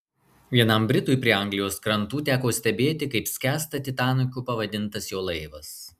vienam britui prie anglijos krantų teko stebėti kaip skęsta titaniku pavadintas jo laivas